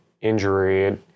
injury